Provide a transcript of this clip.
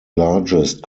largest